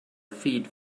feed